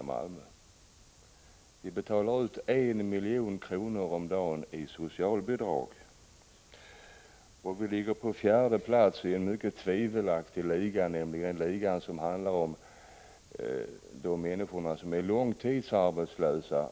Vi i Malmö betalar ut 1 milj.kr. om dagen i socialbidrag, och vi ligger på fjärde plats i en mycket tvivelaktig liga, nämligen den liga som avser sådana arbetslösa som är långtidsarbetslösa.